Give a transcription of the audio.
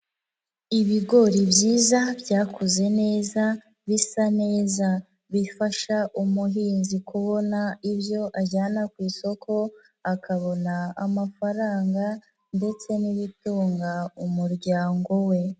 Ibigori byiza byakuze neza bisa neza, bifasha umuhinzi kubona ibyo ajyana ku isoko, akabona amafaranga ndetse n'ibitunga umuryango we.